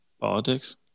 Politics